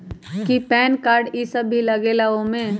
कि PAN card इ सब भी लगेगा वो में?